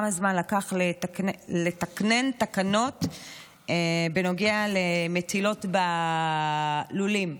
כמה זמן לקח לתקנן תקנות בנוגע למטילות בלולים.